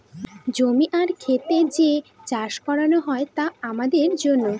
জমি আর খেত যে চাষ করানো হয় তা আমাদের জন্য